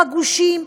בגושים,